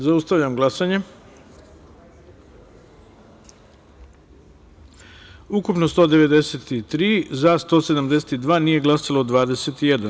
Zaustavljam glasanje: ukupno je glasalo 193, za – 172, nije glasalo – 21.